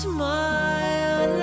Smile